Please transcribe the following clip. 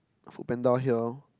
FoodPanda here